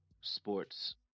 sports